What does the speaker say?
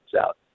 out